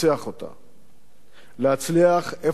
להצליח איפה שרבים אחרים כשלו.